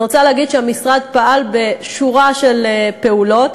אני רוצה להגיד שהמשרד פעל בשורה של פעולות,